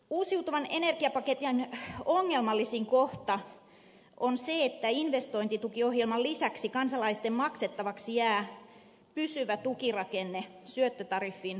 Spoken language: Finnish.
uusiutuvan energian paketin ongelmallisin kohta on se että investointitukiohjelman lisäksi kansalaisten maksettavaksi jää pysyvä tukirakenne syöttötariffin muodossa